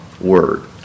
word